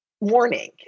morning